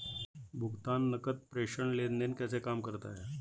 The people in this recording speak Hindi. भुगतान नकद प्रेषण लेनदेन कैसे काम करता है?